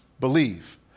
Believe